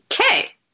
okay